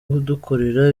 kudukorera